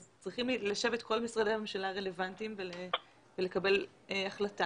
אז צריכים לשבת כל משרדי הממשלה הרלבנטיים ולקבל החלטה.